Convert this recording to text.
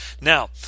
Now